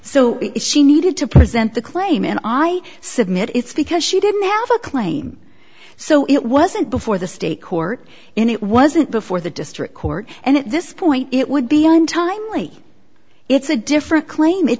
so she needed to present the claim and i submit it's because she didn't have a claim so it wasn't before the state court and it wasn't before the district court and at this point it would be untimely it's a different claim it